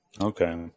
Okay